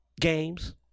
Games